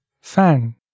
fan